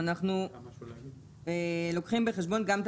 אנחנו ביקשנו 75,000. עברו שנים,